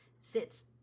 sits